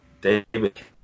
David